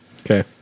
Okay